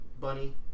Bunny